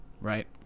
Right